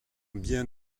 bien